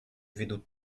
виду